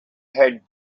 had